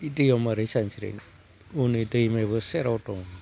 E दैयाव मारै सानस्रिनो हनै दैमायाबो सेराव दं